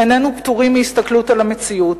איננו פטורים מהסתכלות על המציאות.